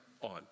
on